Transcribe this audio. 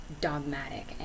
dogmatic